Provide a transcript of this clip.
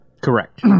Correct